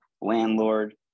landlord